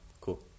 Cool